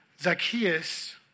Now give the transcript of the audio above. Zacchaeus